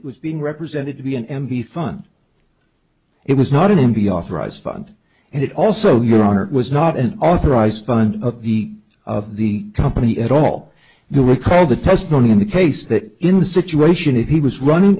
it was being represented to be an m p fun it was not an m b authorized fund and it also your honor it was not an authorized fund of the of the company at all you recall the testimony in the case that in the situation if he was running